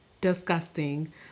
disgusting